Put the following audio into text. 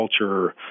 culture